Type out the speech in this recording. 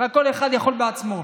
כל אחד יכול בעצמו.